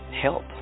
help